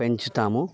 పెంచుతాము